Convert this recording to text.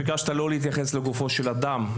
ביקשת לא להתייחס לגופו של אדם,